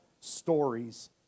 stories